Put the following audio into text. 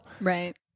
Right